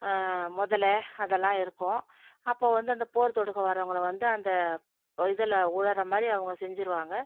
முதலை அதெல்லாம் இருக்கும் அப்போ வந்து அந்த போர் தொடுக்க வரவங்களை வந்து அந்த இதில் விழற மாதிரி அவங்க செஞ்சுருவாங்க